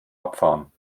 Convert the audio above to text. abfahren